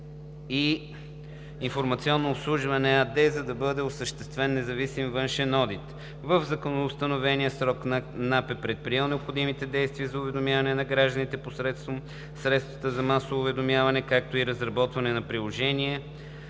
и „Информационно обслужване“ АД, за да бъде осъществен независим външен одит. В законоустановения срок НАП е предприела необходимите действия за уведомяване на гражданите посредством средствата за масово уведомяване, както и разработване на приложение,